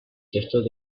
textos